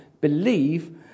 believe